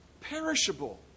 Perishable